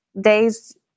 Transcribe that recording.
days